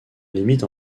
limite